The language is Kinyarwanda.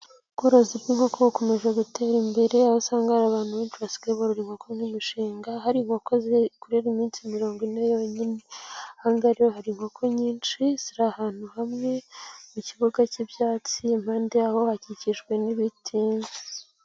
Ubworozi bw'inkoko bukomeje gutera imbere, aho usanga hari abantu benshi basigaye borora inkoko nk'imishinga, hari inkoko zikurira iminsi mirongo ine yonyine, aha ngaha rero hari inkoko nyinshi ziri ahantu hamwe mu kibuga cy'ibyatsi impande yaho hakikijwe n'ibiti.